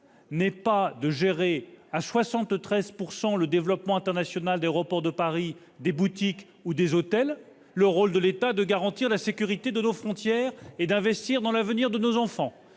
n'est pas de gérer à 73 % le développement international d'Aéroports de Paris, des boutiques ou des hôtels. Le rôle de l'État est de garantir la sécurité de nos frontières et d'investir dans l'avenir de nos enfants.